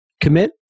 Commit